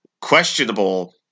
questionable